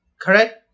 Correct